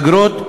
אגרות,